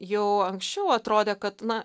jau anksčiau atrodė kad na